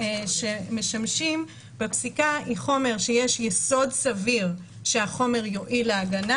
שמשמשים בפסיקה הם חומר שיש יסוד סביר שיועיל להגנה